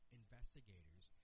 investigators